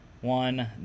one